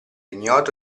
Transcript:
ignoto